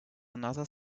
another